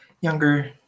younger